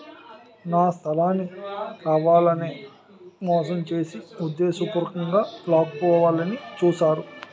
నా స్థలాన్ని కావాలనే మోసం చేసి ఉద్దేశపూర్వకంగా లాక్కోవాలని చూశారు